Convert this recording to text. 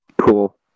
Cool